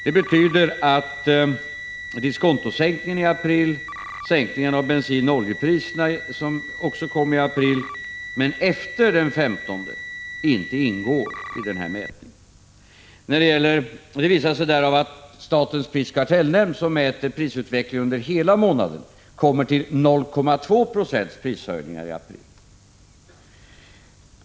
Det betyder att diskontosänkningen i april och den sänkning av bensinoch oljepriserna som också kom i april men efter den 15 inte ingår i mätningen. Det visas av att statens prisoch kartellnämnd, som mäter prisutvecklingen under hela månaden, kommer till 0,2 22 prishöjningar i april.